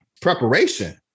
preparation